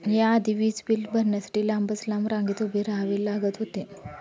या आधी वीज बिल भरण्यासाठी लांबच लांब रांगेत उभे राहावे लागत होते